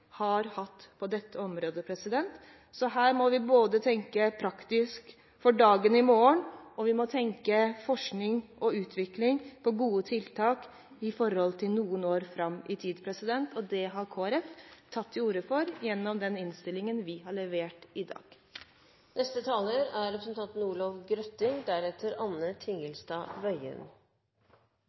har hatt tiltak for på dette området. Så her må vi både tenke praktisk for dagen i morgen, og vi må tenke forskning og utvikling av gode tiltak med tanke på noen år framover i tid. Og det har Kristelig Folkeparti tatt til orde for gjennom den innstillingen vi har levert i dag. Europa er